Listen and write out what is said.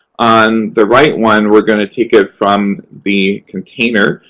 on the right one, we're going to take it from the container.